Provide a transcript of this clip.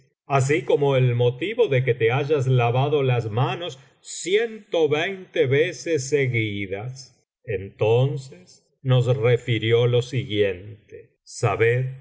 y una noche motivo de que te hayas lavado las manos ciento veinte veces seguidas entonces nos refirió lo siguiente sabed